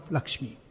Lakshmi